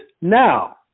now